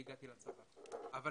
הגעתי לצבא אחרי חששות ודאגות רבים,